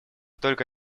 только